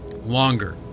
longer